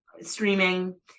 streaming